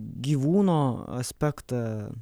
gyvūno aspektą